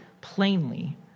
plainly